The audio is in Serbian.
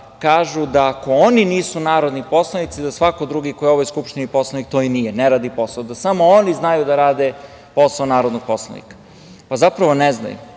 kažu da ako oni nisu narodni poslanici da svako drugi koji je u ovoj skupštini poslanik to i nije, ne radi posao, da samo oni znaju da rade posao narodnog poslanika. Zapravo ne znaju. Kao